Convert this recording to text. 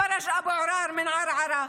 פרג' אבו עראר מערערה,